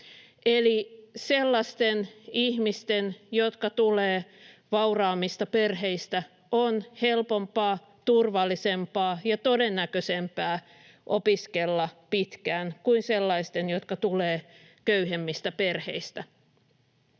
Eli sellaisten ihmisten, jotka tulevat vauraammista perheistä, on helpompaa, turvallisempaa ja todennäköisempää opiskella pitkään kuin sellaisten, jotka tulevat köyhemmistä perheistä.